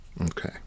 Okay